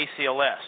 ACLS